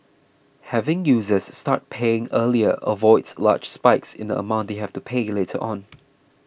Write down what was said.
having users start paying earlier avoids large spikes in the amount they have to pay later on